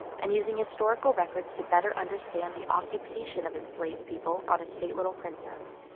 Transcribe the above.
and using historical records to better understand the occupation of enslaved people on estate little princess.